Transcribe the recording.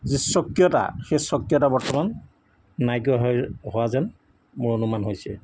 যি স্বকীয়তা সেই স্বকীয়তা বৰ্তমান নাইকিয়া হয় হোৱা যেন মোৰ অনুমান হৈছে